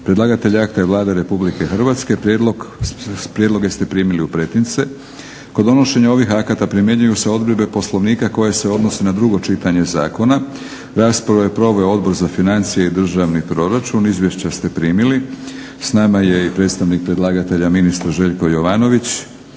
Predlagatelj akta je Vlada Republike Hrvatske. Prijedloge ste primili u pretince. Kod donošenja ovih akata primjenjuju se odredbe Poslovnika koje se odnose na drugo čitanje zakona. Raspravu je proveo Odbor za financije i državni proračun. Izvješća ste primili. S nama je i predstavnik predlagatelja ministar Željko Jovanović.